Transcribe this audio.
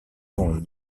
sont